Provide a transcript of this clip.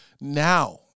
now